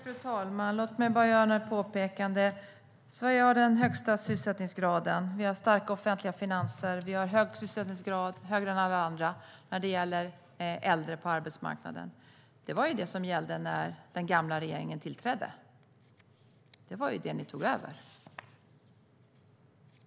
Fru talman! Låt mig göra några påpekanden: Sverige har den högsta sysselsättningsgraden. Vi har starka offentliga finanser. Vi har hög sysselsättningsgrad - högre än alla andra - när det gäller äldre på arbetsmarknaden. Det var ju det som gällde när den gamla regeringen tillträdde. Det var ju det ni tog över.